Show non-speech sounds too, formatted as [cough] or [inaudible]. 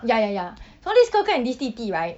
ya ya ya [breath] so this 哥哥 and this 弟弟 right